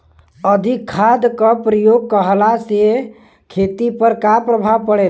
अधिक खाद क प्रयोग कहला से खेती पर का प्रभाव पड़ेला?